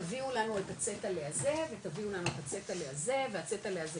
תביאו לנו את 'הצטלה' הזה ותביאו לנו את 'הצטלה הזה 'וצטלה' הזה